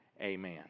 Amen